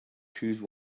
choose